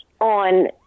on